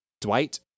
Dwight